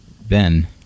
Ben